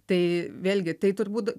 tai vėlgi tai turbūt